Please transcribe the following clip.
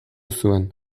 zuen